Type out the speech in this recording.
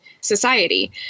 society